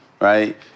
right